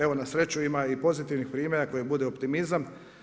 Evo na sreću ima i pozitivnih primjera koji bude optimizam.